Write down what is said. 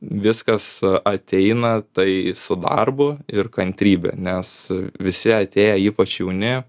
viskas ateina tai su darbu ir kantrybe nes visi atėję ypač jauni